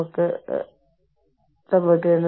നമുക്ക് അത് സമ്മതിക്കാം